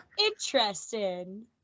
Interesting